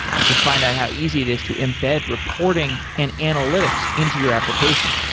you can find out how easy it is to embed reporting and analytics into your application.